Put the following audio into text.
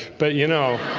but you know